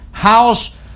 house